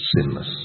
sinless